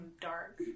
dark